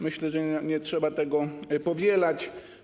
Myślę, że nie trzeba tego powtarzać.